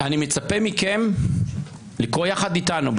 אני מצפה מכם לקרוא יחד איתנו.